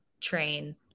train